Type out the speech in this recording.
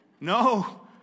no